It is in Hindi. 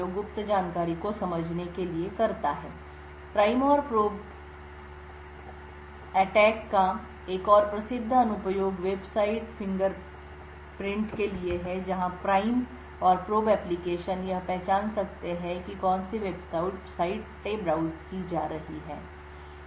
Another famous application of the prime and probe attack was is for Website Fingerprinting where the Prime and Probe application can identify what websites are being browsed prime और प्रोब अटैक का एक और प्रसिद्ध अनुप्रयोग वेबसाइट फ़िंगरप्रिंटिंग के लिए है जहाँ प्राइम और प्रोब एप्लिकेशन यह पहचान सकते हैं कि कौन सी वेबसाइटें ब्राउज की जा रही हैं